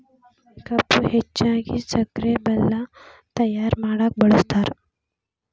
ಕಬ್ಬು ಹೆಚ್ಚಾಗಿ ಸಕ್ರೆ ಬೆಲ್ಲ ತಯ್ಯಾರ ಮಾಡಕ ಬಳ್ಸತಾರ